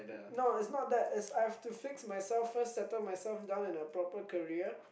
no it's not that is I have to fix myself first settle myself down in a proper career